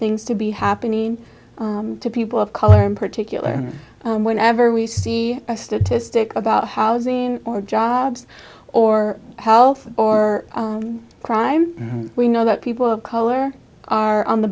things to be happening to people of color in particular whenever we see a statistic about housing or jobs or health or crime we know that people of color are on the